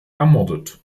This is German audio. ermordet